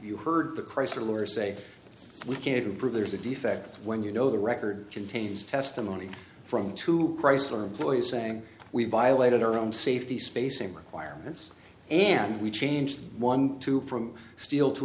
you heard the chrysler lawyer say we can't even prove there's a defect when you know the record contains testimony from two chrysler employees saying we violated our own safety spacing requirements and we changed one too from steel to